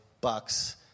bucks